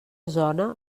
zona